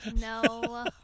no